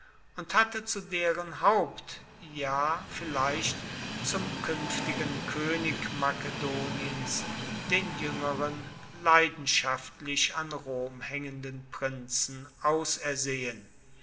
und hatte zu deren haupt ja vielleicht zum kuenftigen koenig makedoniens den juengeren leidenschaftlich an rom haengenden prinzen